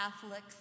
Catholics